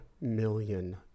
million